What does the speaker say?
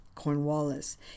Cornwallis